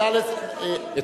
חבר הכנסת זאב, אתה רשום לדבר.